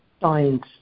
Science